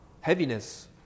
heaviness